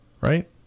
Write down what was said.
Right